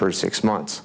first six months